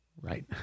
Right